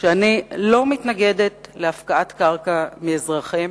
שאני לא מתנגדת להפקעת קרקע מאזרחים,